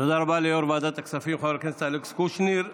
תודה רבה ליו"ר ועדת הכספים חבר הכנסת אלכס קושניר.